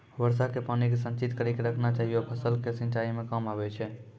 वर्षा के पानी के संचित कड़ी के रखना चाहियौ फ़सल के सिंचाई मे काम आबै छै?